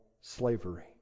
slavery